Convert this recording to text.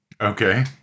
Okay